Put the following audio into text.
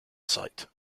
site